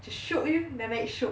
macam shiok dah naik shiok